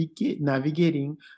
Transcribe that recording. navigating